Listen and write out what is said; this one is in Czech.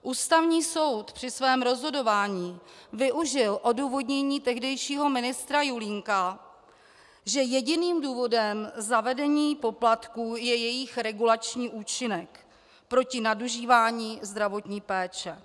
Ústavní soud při svém rozhodování využil odůvodnění tehdejšího ministra Julínka, že jediným důvodem zavedení poplatků je jejich regulační účinek proti nadužívání zdravotní péče.